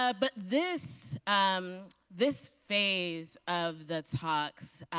ah but this um this phase of the talks,